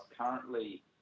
currently